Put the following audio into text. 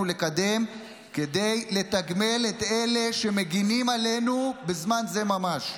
לקדם כדי לתגמל את אלה שמגינים עלינו בזמן זה ממש,